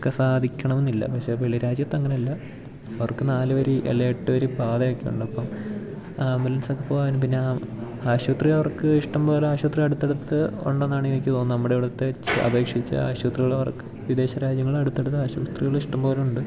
ഒക്കെ സാധിക്കണമന്നില്ല പക്ഷെ വെളി രാജ്യത്തങ്ങനെയല്ല അവർക്ക് നാല് വരി അല്ലേ എട്ട് വരി പാതയൊക്കെ ഉണ്ട് അപ്പം ആംബുലൻസ് ഒക്കെ പോവാനും പിന്നെ ആ ആശുപത്രി അവർക്ക് ഇഷ്ടംപോലെ ആശുപത്രി അടുത്തടുത്ത് ഉണ്ടെന്നാണ് എനിക്ക് തോന്നുന്നത് നമ്മുടെ ഇവിടുത്തെ അപേക്ഷിച്ച് ആശുപത്രികൾ അവർക്ക് വിദേശ രാജ്യങ്ങൾ അടുത്തടുത്ത് ആശുപത്രികൾ ഇഷ്ടംപോലെ ഉണ്ട്